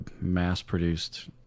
mass-produced